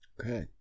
Okay